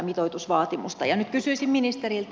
nyt kysyisin ministeriltä